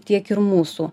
tiek ir mūsų